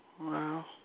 Wow